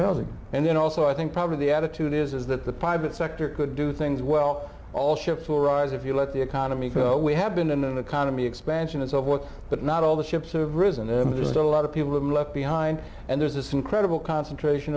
helping and then also i think probably the attitude is that the private sector could do things well all ships will rise if you let the economy we have been in an economy expansion itself what but not all the ships are risen a lot of people have left behind and there's this incredible concentration